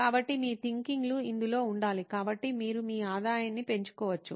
కాబట్టి మీ థింకింగ్ లు ఇందులో ఉండాలి కాబట్టి మీరు మీ ఆదాయాన్ని పెంచుకోవచ్చు